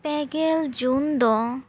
ᱯᱮᱜᱮᱞ ᱡᱩᱱ ᱫᱚ